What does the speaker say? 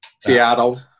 Seattle